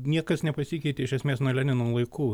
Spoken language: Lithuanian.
niekas nepasikeitė iš esmės nuo lenino laikų